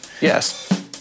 Yes